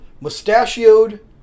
mustachioed